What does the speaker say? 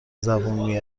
زبون